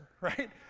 right